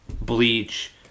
Bleach